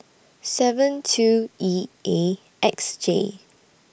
seven two E A X J